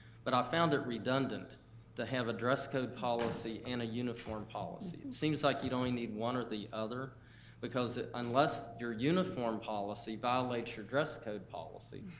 but i found it redundant to have a dress code policy and a uniform policy. it seems like you'd only need one or the other because, unless your uniform policy violates your dress code policy,